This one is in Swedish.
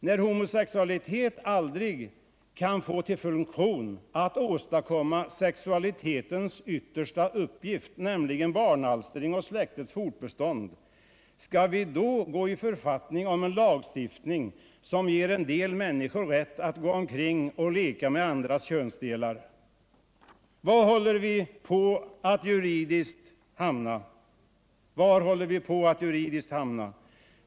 När homosexualitet aldrig kan få till funktion att åstadkomma sexualitetens yttersta uppgift, nämligen barnalstring och släktets fortbestånd, skall vi då gå i författning om en lagstiftning som ger en del människor rätt att gå omkring och leka med andras könsdelar? Var håller vi på att hamna juridiskt?